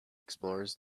explores